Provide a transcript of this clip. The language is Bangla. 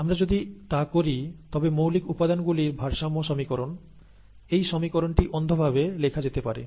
আমরা যদি তা করি তবে মৌলিক উপাদান গুলির ভারসাম্য সমীকরণ এই সমীকরণটি অন্ধভাবে লেখা যেতে পারে